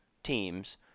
teams